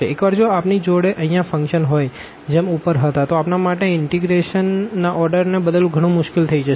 એકવાર જો આપણી જોડે અહીંયા ફંક્શન હોય જેમ ઉપર હતા તો આપના માટે ઇન્ટીગ્રેશન ના ઓર્ડર ને બદલવું ઘણું મુશ્કેલ થઈ જશે